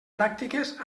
pràctiques